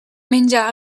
menja